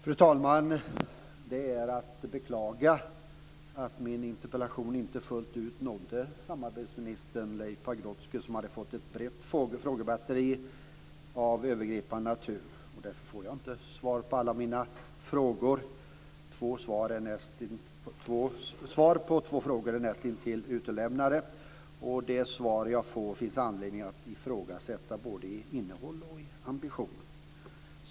Fru talman! Det är att beklaga att min interpellation inte fullt ut nådde samarbetsminister Leif Pagrotsky, som hade fått ett brett frågebatteri av övergripande natur. Därför får jag inte svar på alla mina frågor. Två frågor är näst intill utelämnade och de svar jag får finns det anledning att ifrågasätta både vad gäller innehåll och ambition.